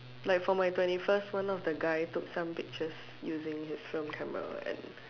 like for my twenty first one of the guy took some pictures using his film camera and